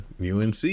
UNC